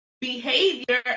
behavior